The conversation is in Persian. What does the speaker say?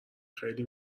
خیلی